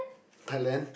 Thailand